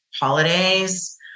holidays